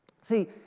See